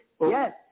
Yes